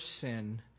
sin